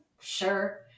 sure